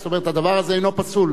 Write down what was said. זאת אומרת, הדבר הזה אינו פוסל.